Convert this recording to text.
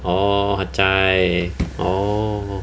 orh hat yai hor